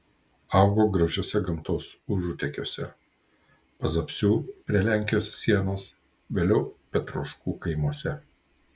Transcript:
augo gražiuose gamtos užutekiuose pazapsių prie lenkijos sienos vėliau petroškų kaimuose